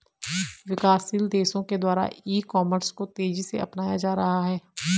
विकासशील देशों के द्वारा ई कॉमर्स को तेज़ी से अपनाया जा रहा है